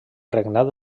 regnat